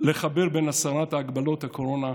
לחבר בין הסרת ההגבלות על הקורונה,